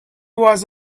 was